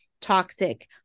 toxic